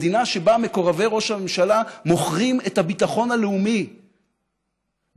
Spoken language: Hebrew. מדינה שבה מקורבי ראש הממשלה מוכרים את הביטחון הלאומי בכסף?